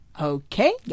Okay